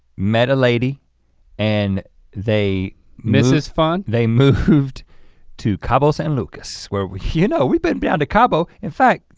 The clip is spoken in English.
met a lady and they mrs. fun? they moved to cabo san lucas where, you know, we've been down to cabo. in fact,